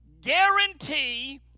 guarantee